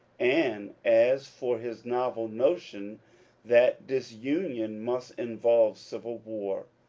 and as for his novel notion that disunion must involve civil war,